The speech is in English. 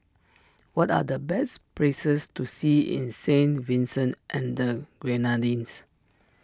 what are the best places to see in Saint Vincent and the Grenadines